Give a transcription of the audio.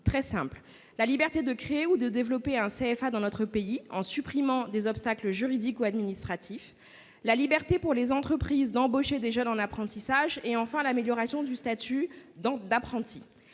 très simples : la liberté de créer ou de développer un CFA dans notre pays, en supprimant des obstacles juridiques ou administratifs ; la liberté pour les entreprises d'embaucher des jeunes en apprentissage ; enfin, l'amélioration du statut d'apprenti.